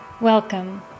Welcome